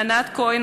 לענת כהן,